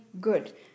good